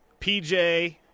PJ